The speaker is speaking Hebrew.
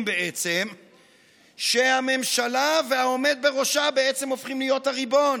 בעצם שהממשלה והעומד בראשה בעצם הופכים להיות הריבון,